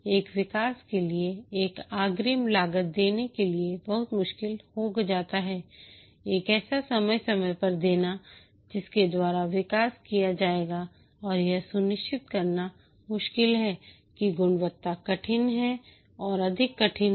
एक विकास के लिए एक अग्रिम लागत देने के लिए बहुत मुश्किल हो जाता है एक ऐसा समय समय देना जिसके द्वारा विकास किया जाएगा और यह सुनिश्चित करना मुश्किल है कि गुणवत्ता कठिन है और अधिक कठिन है